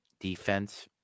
defense